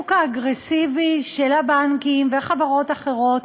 לשיווק האגרסיבי של הבנקים ושל חברות אחרות